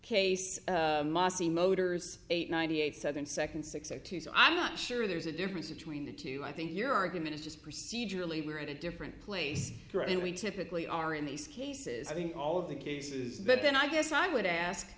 motor's eight ninety eight seven second six zero two so i'm not sure there's a difference between the two i think your argument is just procedurally we're in a different place than we typically are in these cases i think all of the cases but then i guess i would ask